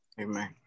Amen